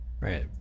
Right